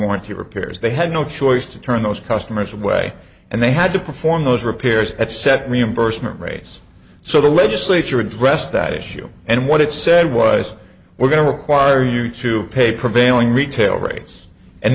warranty repairs they had no choice to turn those customers away and they had to perform those repairs at set reimbursement rates so the legislature addressed that issue and what it said was we're going to require you to pay prevailing retail rates and